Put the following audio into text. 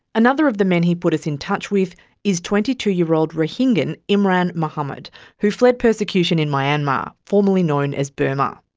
another of the men he put us in touch with is twenty two year old rohingyan imran mohammed who fled persecution in myanmar, formerly known as burma.